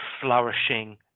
flourishing